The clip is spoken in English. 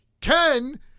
Ken